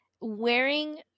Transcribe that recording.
wearing